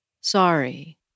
Sorry